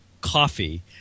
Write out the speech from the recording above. coffee